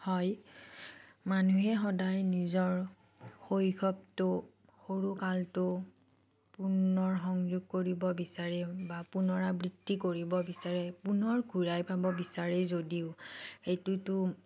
হয় মানুহে সদায় নিজৰ শৈশৱটো সৰুকালটো পুনৰ সংযোগ কৰিব বিচাৰে বা পুনৰাবৃত্তি কৰিব বিচাৰে পুনৰ ঘূৰাই পাব বিচাৰে যদিও সেইটোতো